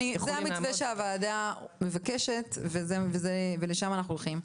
זה המתווה שהוועדה מבקשת ולשם אנחנו הולכים.